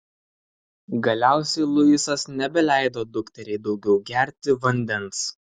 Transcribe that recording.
galiausiai luisas nebeleido dukteriai daugiau gerti vandens